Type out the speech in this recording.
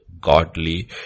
godly